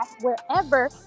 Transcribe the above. wherever